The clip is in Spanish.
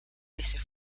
veces